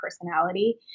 personality